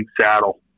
saddle